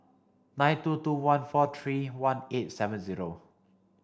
nine two two one four three one eight seven zero